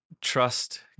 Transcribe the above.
trust